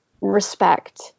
respect